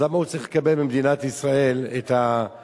אז למה הוא צריך לקבל ממדינת ישראל את הזכויות,